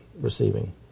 receiving